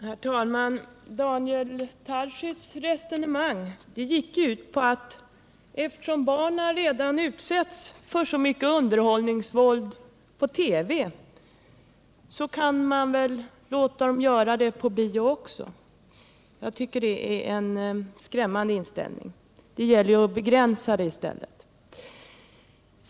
Herr talman! Daniel Tarschys resonemang gick ut på att eftersom barn redan utsätts för så mycket underhållningsvåld i TV kan man låta dem utsättas för sådant på bio också. Jag tycker det är en skrämmande inställning — det gäller ju att begränsa det i stället.